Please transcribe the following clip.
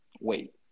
wait